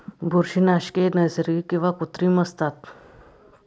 बुरशीनाशके नैसर्गिक किंवा कृत्रिम असतात